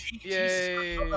Yay